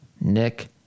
Nick